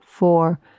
four